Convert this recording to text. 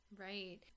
Right